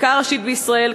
החקיקה הראשית בישראל,